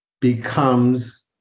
becomes